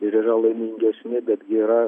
ir yra laimingesni bet gi yra